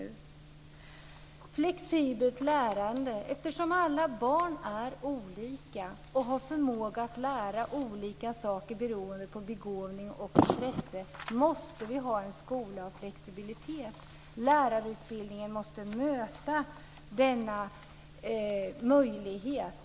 Det behövs flexibelt lärande. Alla barn är olika och har förmåga att lära olika saker beroende på begåvning och intresse. Därför måste vi ha en skola med flexibilitet. Lärarutbildningen måste möta denna möjlighet.